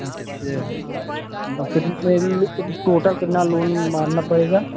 अच्छा और कितना का लो टोटल कितना लोन मानना पड़ेगा